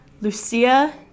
Lucia